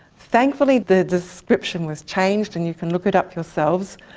thankfully the description was changed, and you can look it up yourselves.